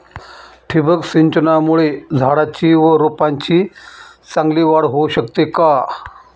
ठिबक सिंचनामुळे झाडाची व रोपांची चांगली वाढ होऊ शकते का?